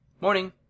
Morning